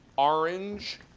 orange,